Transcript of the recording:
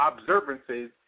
observances